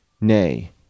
Nay